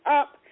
up